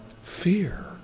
fear